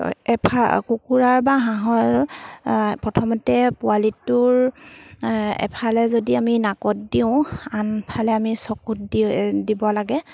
এফা কুকুৰাৰ বা হাঁহৰ প্ৰথমতে পোৱালীটোৰ এফালে যদি আমি নাকত দিওঁ আনফালে আমি চকুত দি দিব লাগে